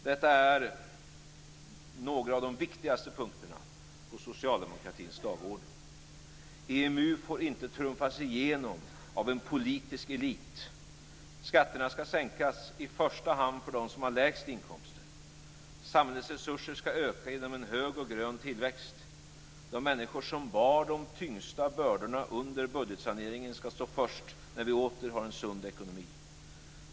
Detta är några av de viktigaste punkterna på socialdemokratins dagordning. EMU får inte trumfas igenom av en politisk elit. Skatterna skall sänkas i första hand för dem som har lägst inkomster. Samhällets resurser skall öka genom en hög och grön tillväxt. De människor som bar de tyngsta bördorna under budgetsaneringen skall stå först när vi åter har en sund ekonomi.